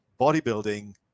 bodybuilding